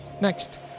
next